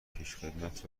پیشخدمت